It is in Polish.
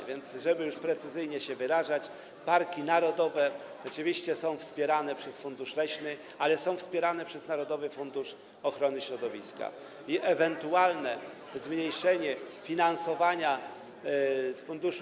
A więc żeby już precyzyjnie się wyrażać, parki narodowe oczywiście są wspierane przez Fundusz Leśny, ale są też wspierane przez narodowy fundusz ochrony środowiska i ewentualne zmniejszenie finansowania z Funduszu.